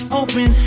open